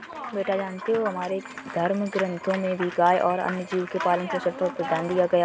बेटा जानते हो हमारे धर्म ग्रंथों में भी गाय और अन्य जीव के पालन पोषण पर ध्यान दिया गया है